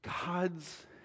God's